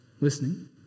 listening